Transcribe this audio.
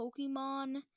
Pokemon